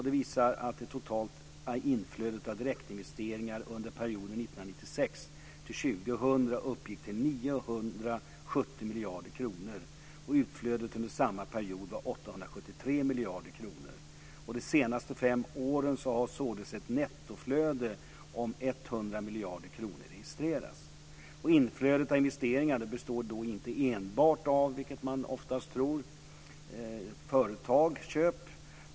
Den visar att det totala inflödet av direktinvesteringar under perioden 1996-2000 uppgick till 970 miljarder kronor. Utflödet under samma period var 873 miljarder kronor. De senaste fem åren har således ett nettoinflöde om 100 miljarder kronor registrerats. Inflödet av investeringar består då inte enbart, vilket man oftast tror, av företagsköp.